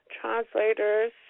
translators